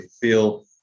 feel